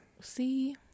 See